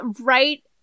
right